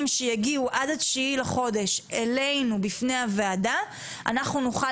שיגיעו עד התשיעי לחודש אלינו לוועדה אנחנו נוכל